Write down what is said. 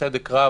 בצדק רב,